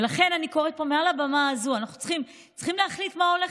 ולכן אני קוראת פה מעל הבמה הזאת: אנחנו צריכים להחליט מה הולך,